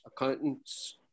accountants